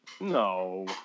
No